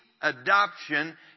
adoption